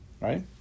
Right